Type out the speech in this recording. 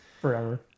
forever